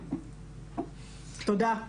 תודה.